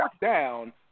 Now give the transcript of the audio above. down